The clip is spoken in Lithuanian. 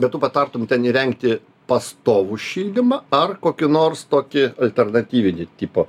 bet tu patartum ten įrengti pastovų šildymą ar kokį nors tokį alternatyvinį tipo